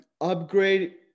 upgrade